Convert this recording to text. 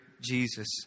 Jesus